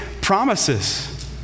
promises